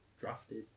drafted